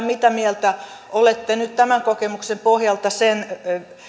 mitä mieltä olette nyt tämän kokemuksen pohjalta sen